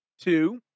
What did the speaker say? Two